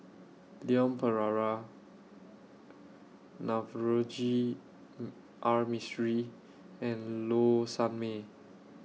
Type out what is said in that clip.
Leon Perera Navroji R Mistri and Low Sanmay